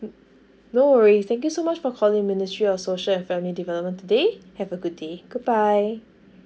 no worries thank you so much for calling ministry of social family development today have a good day goodbye